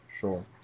sure